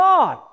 God